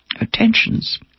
attentions